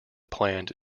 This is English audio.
planned